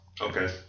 Okay